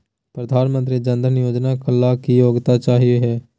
प्रधानमंत्री जन धन योजना ला की योग्यता चाहियो हे?